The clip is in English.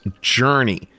Journey